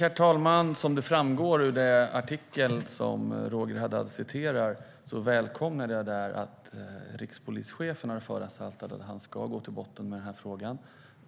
Herr talman! Som framgår av den artikel som Roger Haddad citerar ur välkomnar jag att rikspolischefen har föranstaltat att han ska gå till botten med den här frågan.